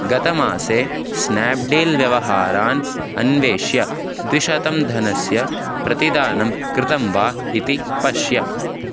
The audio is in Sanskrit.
गतमासे स्नाप्डील् व्यवहारान् अन्विष्य द्विशतं धनस्य प्रतिदानं कृतं वा इति पश्य